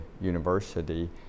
university